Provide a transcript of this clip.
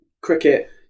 cricket